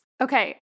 Okay